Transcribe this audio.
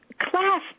class